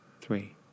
three